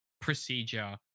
procedure